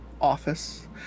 office